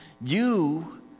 you